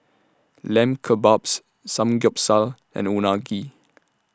Lamb Kebabs Samgyeopsal and Unagi